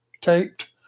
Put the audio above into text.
taped